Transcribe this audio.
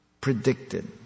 predicted